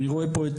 אני רואה פה את